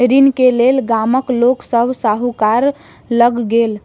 ऋण के लेल गामक लोक सभ साहूकार लग गेल